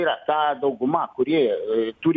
yra ta dauguma kuri turi